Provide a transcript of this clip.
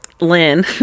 Lynn